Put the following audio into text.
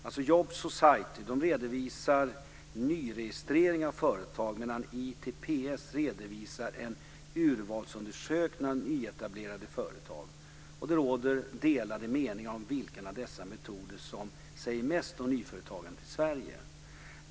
Jobs and Society redovisar nyregistrering av företag medan ITPS redovisar en urvalsundersökning av nyetablerade företag. Det råder delade meningar om vilken av dessa metoder som säger mest om nyföretagandet i Sverige.